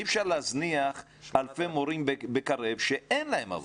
אי אפשר להזניח אלפי מורים ב-קרב שאין להם עבודה.